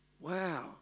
Wow